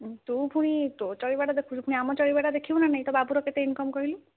ତୁ ଫୁଣି ତୋ ଚଳିବାଟା ଦେଖୁଛୁ ଫୁଣି ଆମ ଚଳିବାଟା ଦେଖିବୁ ନା ନାଇଁ ତୋ ବାବୁର କେତେ ଇନ୍କମ୍ କହିଲୁ